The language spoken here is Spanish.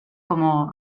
como